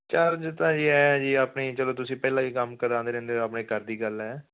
charge ਤਾਂ ਏਹੀ ਐ ਜੀ ਆਪਣੀ ਚਲੋ ਤੁਸੀਂ ਪਹਿਲਾਂ ਵੀ ਕੰਮ ਕਰਾਂਦੇ ਰਹਿੰਦੇ ਆਪਣੇ ਘਰ ਦੀ ਗੱਲ ਐ